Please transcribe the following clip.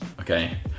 okay